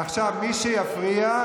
עכשיו מי שיפריע,